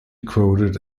quoted